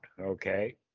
okay